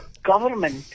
Government